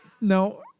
No